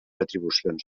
retribucions